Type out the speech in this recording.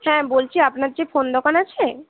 হ্যাঁ বলছি আপনার যে ফোন দোকান আছে